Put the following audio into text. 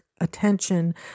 attention